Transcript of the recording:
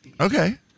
okay